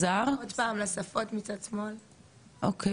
אוקי, יש ערבית יש עברית,